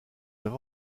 neuf